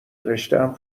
رشتهام